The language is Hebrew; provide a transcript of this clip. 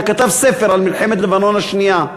שכתב ספר על מלחמת לבנון השנייה,